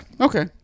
Okay